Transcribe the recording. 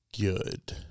good